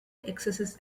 excesses